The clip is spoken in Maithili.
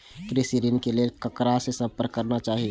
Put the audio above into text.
कृषि ऋण के लेल ककरा से संपर्क करना चाही?